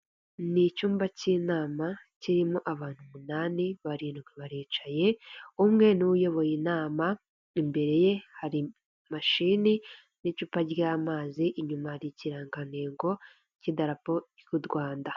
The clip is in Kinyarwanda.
Ni icyumba k'inama kirimo abantu umunani barindwi baricaye umwe ni we uyoboye inama, imbere ye hari imashini n'icupa ry'amazi, inyuma hari ikirangantego k'idarapo ry'u Rwanda.